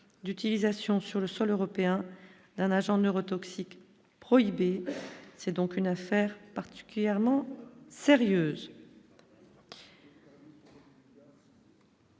d'utilisation sur le sol européen d'un agent neurotoxique prohibée, c'est donc une affaire particulièrement sérieuse.